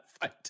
fight